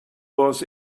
was